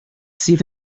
sydd